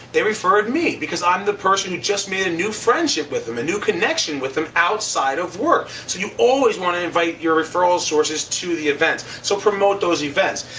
they referred me because i'm the person who just made a new friendship with them. a new connection with them outside of work. so you always want to invite your referral sources to the events. so promote those events.